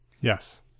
Yes